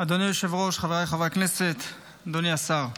אדוני היושב-ראש, חבריי חברי הכנסת, אדוני השר,